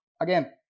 again